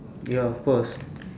ya of course